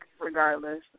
regardless